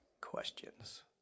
questions